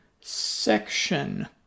section